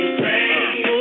pray